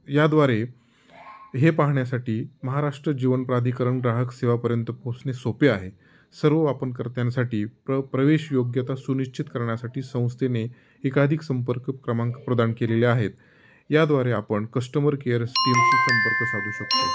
याद्वारे हे पाहण्यासाठी महाराष्ट्र जीवनप्राधिकरण ग्राहक सेवापर्यंत पोहचणे सोपे आहे सर्व वापर कर्त्यासाठी प्र प्रवेश योग्यता सुनिश्चित करण्यासाठी संस्थेने एकाधिक संपर्क क्रमांक प्रदान केलेले आहेत याद्वारे आपण कस्टमर केअर टीमशी संपर्क साधू शकतो